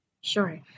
Sure